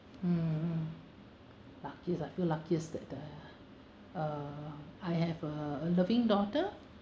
hmm lucky I feel luckiest that the uh I have a a loving daughter